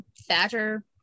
Thatcher